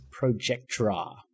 Projectra